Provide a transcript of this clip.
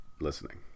listening